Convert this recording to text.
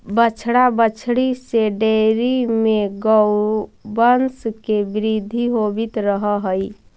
बछड़ा बछड़ी से डेयरी में गौवंश के वृद्धि होवित रह हइ